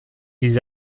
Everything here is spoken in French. ils